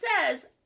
says